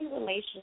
relationship